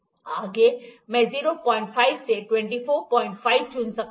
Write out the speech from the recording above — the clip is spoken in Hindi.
आगे मैं 05 से 245 चुन सकता हूं